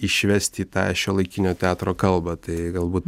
išvesti į tą šiuolaikinio teatro kalbą tai galbūt